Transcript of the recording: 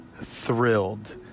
thrilled